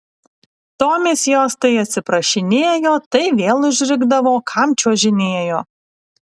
tomis jos tai atsiprašinėjo tai vėl užrikdavo kam čiuožinėjo